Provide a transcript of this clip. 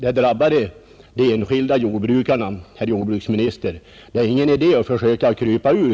Det drabbar de enskilda jordbrukarna, herr jordbruksministern.